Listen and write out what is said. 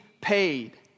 paid